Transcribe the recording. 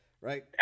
right